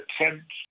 attempt